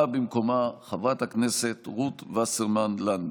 באה במקומה חברת הכנסת רות וסרמן לנדה.